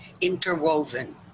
interwoven